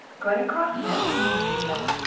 going across, miss! she said.